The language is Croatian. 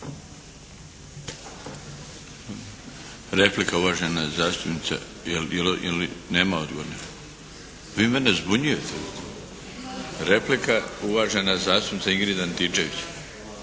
Replika, uvažena zastupnica. Je li nema odgovora. Vi mene zbunjujete. Replika, uvažena zastupnica Ingrid Antičević.